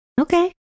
Okay